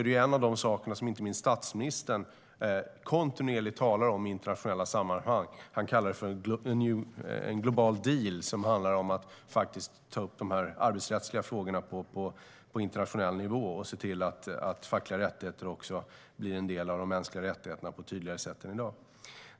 Det är en av de saker som inte minst statsministern kontinuerligt talar om i internationella sammanhang. Han kallar det för en global deal som handlar om att ta upp de arbetsrättsliga frågorna på internationell nivå och se till att fackliga rättigheter också blir en del av de mänskliga rättigheterna på ett tydligare sätt än i dag.